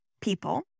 people